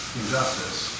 injustice